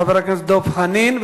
חבר הכנסת דב חנין,